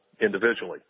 individually